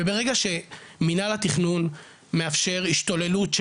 וברגע שמינהל התכנון מאפשר השתוללות של